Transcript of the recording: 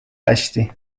hästi